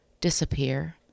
disappear